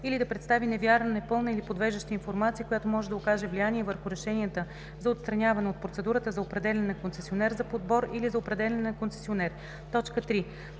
или да представи невярна, непълна или подвеждаща информация, която може да окаже влияние върху решенията за отстраняване от процедурата за определяне на концесионер, за подбор или за определяне на концесионер; 3.